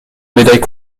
médaille